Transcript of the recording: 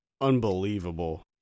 unbelievable